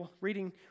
reading